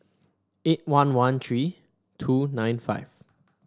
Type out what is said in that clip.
eight one one three two nine five